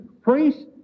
priests